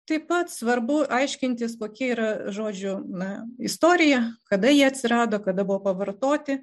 taip pat svarbu aiškintis kokia yra žodžio na istorija kada jie atsirado kada buvo pavartoti